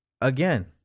Again